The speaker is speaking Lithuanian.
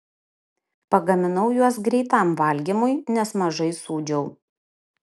pagaminau juos greitam valgymui nes mažai sūdžiau